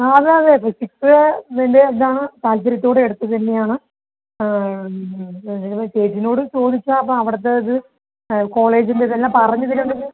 ആ അത് അതെ ഫിസിക്സ് ഇതിൻ്റെ ഇത് ആണ് താൽപ്പര്യത്തോടെ എടുത്തത് തന്നെ ആണ് ഉം ഇത് ഇപ്പോൾ ചേച്ചീനോട് ചോദിച്ചാൽ അപ്പോൾ അവടത്തെ ഇത് ആ കോളേജിന്റെ ഇത് എല്ലാം പറഞ്ഞ് തരും എങ്കില്